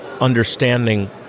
understanding